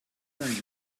and